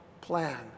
plan